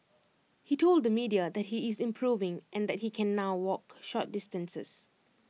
he told the media that he is improving and that he can now walk short distances